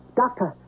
doctor